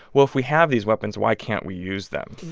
well, if we have these weapons, why can't we use them?